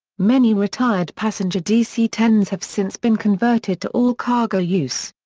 many retired passenger dc ten s have since been converted to all-cargo use.